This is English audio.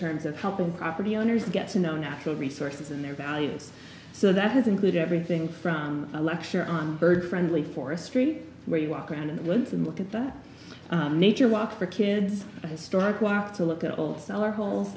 terms of helping property owners get to know natural resources and their values so that would include everything from a lecture on bird friendly forestry where you walk around in the woods and look at that nature walk for kids historic walk to look at all our holes